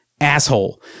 asshole